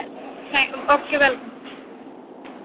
thank okay welcome